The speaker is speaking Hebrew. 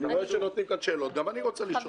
אני רואה שנותנים כאן שאלות, גם אני רוצה לשאול.